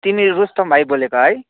तिमी रुस्तम भाइ बोलेको है